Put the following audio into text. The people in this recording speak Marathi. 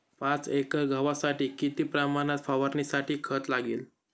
पाच एकर गव्हासाठी किती प्रमाणात फवारणीसाठी खत लागेल?